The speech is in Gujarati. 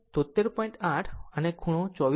8 અને ખૂણો 24